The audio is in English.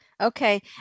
Okay